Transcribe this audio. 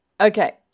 Okay